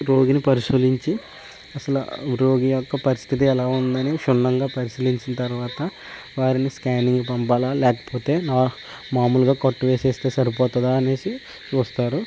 రోగిని పరిశీలించి అసల ఆ రోగి యొక్క పరిస్థితి ఎలా ఉందని క్షుణ్ణంగా పరిశీలించిన తరువాత వారిని స్కానింగ్ పంపాలా లేకపోతే నార్ మామూలుగా కట్టు వేసేస్తే సరిపోతుందా అనేసి చూస్తారు